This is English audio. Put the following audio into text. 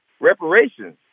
reparations